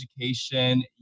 education